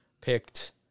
picked